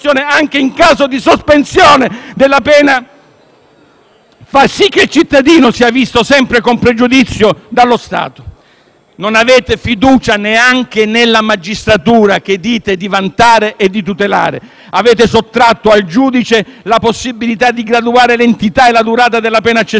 della pena, fanno sì che il cittadino sia visto sempre con pregiudizio dallo Stato. Non avete fiducia neanche nella magistratura, che dite di vantare e tutelare. Avete sottratto al giudice la possibilità di graduare l'entità e la durata della pena accessoria in base alla gravità dei fatti